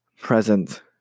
present